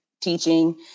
teaching